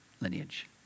lineage